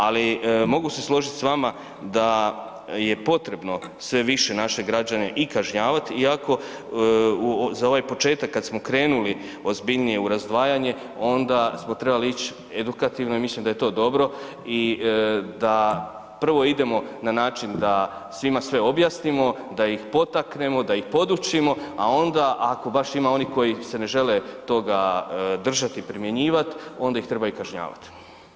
Ali mogu se složiti s vama da je potrebno sve više naše građane i kažnjavati, iako za ovaj početak kada smo krenuli ozbiljnije u razdvajanje onda smo trebali ići edukativno i mislim da je to dobro i da prvo idemo na način da svima sve objasnimo, da ih potaknemo, da ih podučimo, a onda ako baš ima onih koji se ne žele toga držati i primjenjivat onda ih treba i kažnjavat.